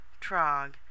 trog